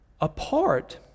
apart